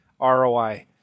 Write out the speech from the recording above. ROI